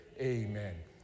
Amen